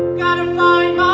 gotta find